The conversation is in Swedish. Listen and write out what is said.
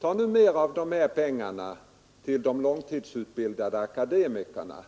”Tag mera av pengarna till de långtidsutbildade akademikerna!